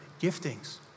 giftings